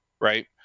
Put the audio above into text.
right